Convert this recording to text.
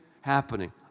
happening